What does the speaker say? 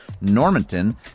Normanton